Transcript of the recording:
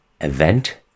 event